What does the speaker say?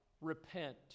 Repent